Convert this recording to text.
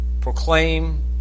proclaim